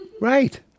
Right